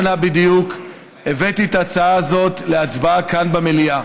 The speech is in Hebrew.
את ההצעה הזאת להצבעה כאן במליאה.